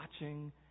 watching